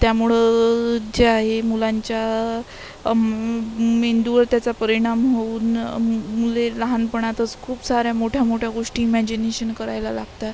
त्यामुळं जे आहे मुलांच्या म् मेंदूवर त्याचा परिणाम होऊन म् मुले लहानपणातच खूप साऱ्या मोठ्यामोठ्या गोष्टी इमॅजिनेशन करायला लागतात